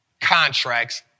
contracts